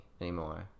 anymore